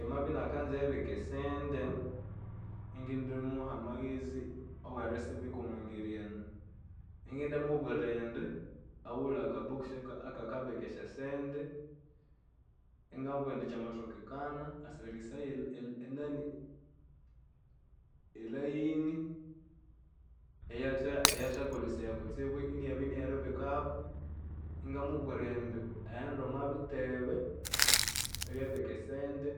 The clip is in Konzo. Amabya inakanza eribika esente, ingindimuha amaghezi awerisibika omwangeri enu. Ingimubwira indi aghulhe akabox aka- akakabika esyasente, ingimubwira indi kyamathokekana asasarisaye eline, eyatha eyathakolesaya kutsibu iyabya iniyeribikaku, ingamubwira indi aghende omwabitebe ebyeribika esyasente,